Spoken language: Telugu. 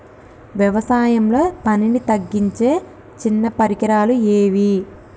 వ్యవసాయంలో పనిని తగ్గించే చిన్న పరికరాలు ఏవి?